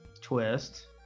twist